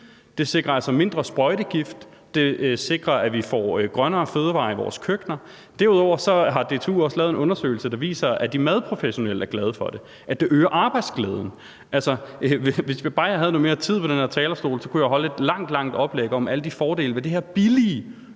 Det sikrer altså mindre sprøjtegift, det sikrer, at vi får grønnere fødevarer i vores køkkener, og derudover har DTU lavet en undersøgelse, der viser, at de madprofessionelle er glade for det, og at det øger arbejdsglæden. Bare jeg havde noget mere tid på den her talerstol. Så kunne jeg holde et langt, langt oplæg om alle de fordele, der er ved det her billige